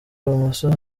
bumoso